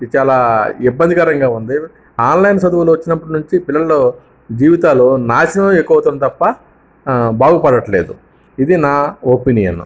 ఇది చాలా ఇబ్బందికరంగా ఉంది ఆన్లైన్ చదువులు వచ్చినప్పుడు నుంచి పిల్లలు జీవితాలు నాశనం ఎక్కువ అవుతుంది తప్ప బాగుపడట్లేదు ఇది నా ఒపీనియన్